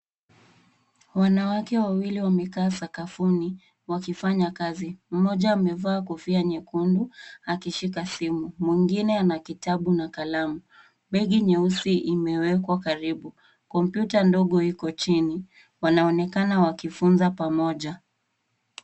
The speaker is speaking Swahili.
Wanawake wawili wamekaa sakafuni wakifanya kazi. Mmoja amevaa kofia nyekundu akishika simu, mwengine kitabu na kalamu. Begi nyeusi imewekwa karibu. Kompyuta ndogo iko chini. Wanaonekana wakifunza pamoja.